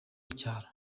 icyaro